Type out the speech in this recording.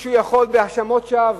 מישהו יכול בהאשמות שווא,